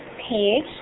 page